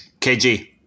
KG